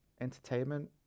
Entertainment